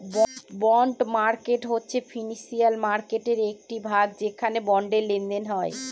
bond market হচ্ছে financial মার্কেটের একটি ভাগ যেখানে বন্ডের লেনদেন হয়